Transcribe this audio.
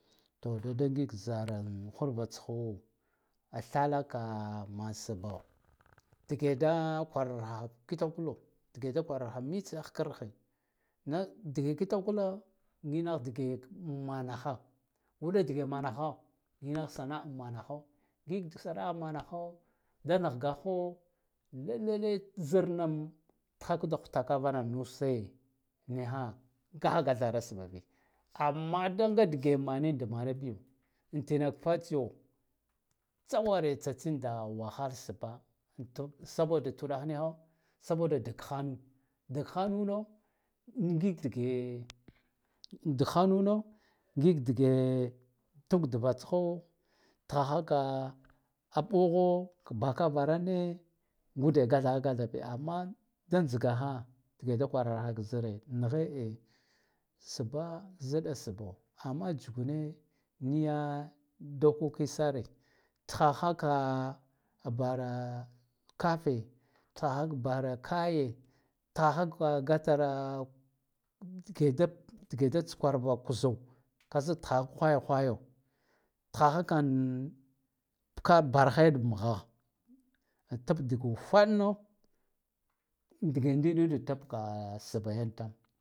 To da ngig zara tsho a thala ka man sboo digida kwarar ha kita kula digeda kwaraha mitse hkar ɗe nai dige kitakula ngig nah dige manaha uɗa dige manaha ngig nah sana'a manaho ngig sana'a manaho da nah gaho ngalele ka zarnam tha da hutaka vana nuse niha nga gathara sbba bi amma nga dige maninda mana biyo antinaka fatsiyo tsaware tsatsin da wahal sbba saboda tuɗah niha saboda tug hannu dag hanuna ngig dige tuk dvatsho thahaka aɓocho baka varane ngude gathaha gatha biya amma da tsgaha dige da kwaraha ka zare nahe a sabba zadd sbbo amma tsagune miya dokoki sare thaha ka abara kate thaha ka bara kaye thaha ka gatara dige da tskwarva kuza kazak thaha hwaya hwayo thaha ka barhe mho atub dig ufad no dige ndi duɗe tab ka sbba yan tama.